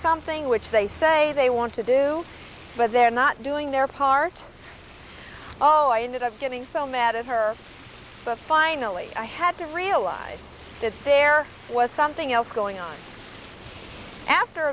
something which they say they want to do but they're not doing their part oh i ended up getting so mad at her but finally i had to realize that there was something else going on after